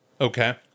Okay